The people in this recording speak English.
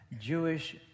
Jewish